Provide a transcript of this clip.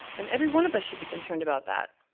and every one of us should be concerned about that.